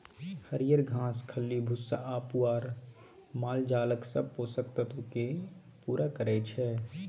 हरियर घास, खल्ली भुस्सा आ पुआर मालजालक सब पोषक तत्व केँ पुरा करय छै